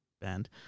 band